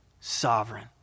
sovereign